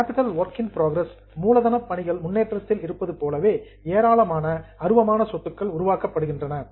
capital work in progress மூலதன பணிகள் முன்னேற்றத்தில் இருப்பது போலவே ஏராளமான அருவமான சொத்துகள் உருவாக்கப்படுகின்றன